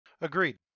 Agreed